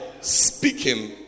speaking